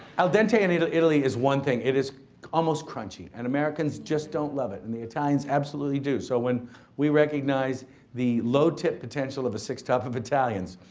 al dente in italy italy is one thing. it is almost crunchy and americans just don't love it and the italians absolutely do. so when we recognize the low-tip potential of a six top of italians,